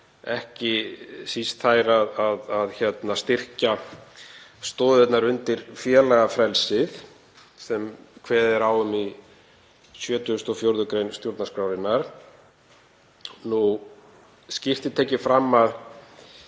ekki síst þær að styrkja stoðirnar undir félagafrelsið sem kveðið er á um í 74. gr. stjórnarskrárinnar. Skýrt er tekið fram þar